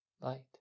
light